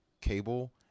cable